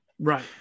right